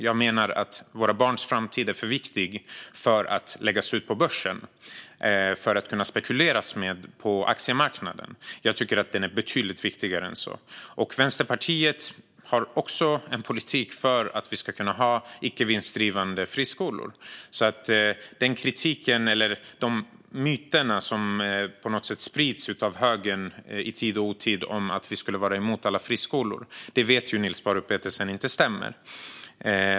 Jag menar att våra barns framtid är för viktig för att läggas ut på börsen att spekuleras i på aktiemarknaden. Jag tycker att den är betydligt viktigare än så. Vänsterpartiet har också en politik för att vi ska kunna ha icke vinstdrivande friskolor. De myter som sprids av högern i tid och otid om att vi skulle vara emot alla friskolor stämmer inte, vilket Niels Paarup-Petersen vet.